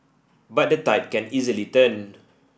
but the tide can easily turn